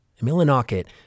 Millinocket